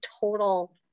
total